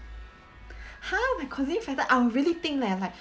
!huh! I'll really think leh like